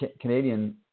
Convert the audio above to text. Canadian